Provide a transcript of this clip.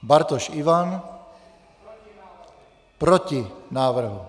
Bartoš Ivan: Proti návrhu.